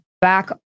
back